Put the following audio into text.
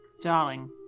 Darling